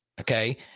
okay